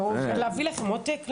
להביא לכם עותק?